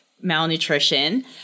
malnutrition